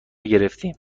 گرفتیم